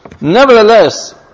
Nevertheless